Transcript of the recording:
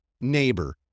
neighbor